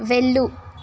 వెళ్ళు